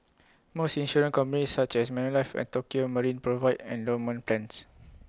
most insurance companies such as Manulife and Tokio marine provide endowment plans